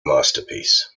masterpiece